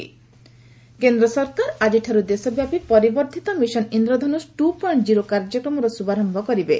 mission Indradhanush କେନ୍ଦ୍ର ସରକାର ଆଜିଠାରୁ ଦେଶବ୍ୟାପୀ ପରିବର୍ଦ୍ଧିତ mission Indradhanush two point zero କାର୍ଯ୍ୟକ୍ରମର ଶୁଭାରମ୍ଭ କରିବେ